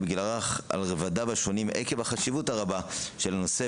בגיל הרך עקב החשיבות הרבה של הנושא,